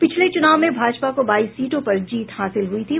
पिछले चुनाव में भाजपा को बाईस सीटों पर जीत हासिल हुई थी